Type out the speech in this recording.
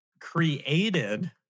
created